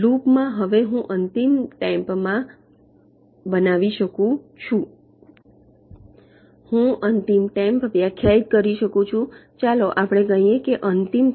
લૂપમાં હવે હું અંતિમ ટેમ્પ બનાવી શકું છું હું અંતિમ ટેમ્પ વ્યાખ્યાયિત કરી શકું છું ચાલો આપણે કહીએ કે અંતિમ તાપમાન હું 0